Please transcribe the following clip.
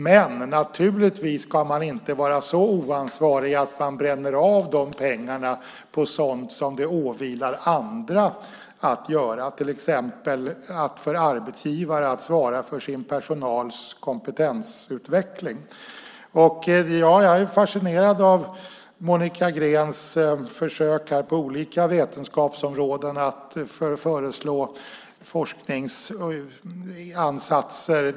Men naturligtvis ska man inte vara så oansvarig att man bränner av de pengarna på sådant som det åvilar andra att göra, till exempel för arbetsgivare att svara för sin personals kompetensutveckling. Jag är fascinerad av Monica Greens försök att föreslå forskningsansatser på olika vetenskapsområden.